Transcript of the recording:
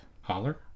holler